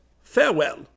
Farewell